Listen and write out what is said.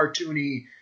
cartoony